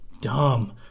dumb